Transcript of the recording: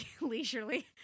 Leisurely